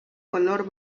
color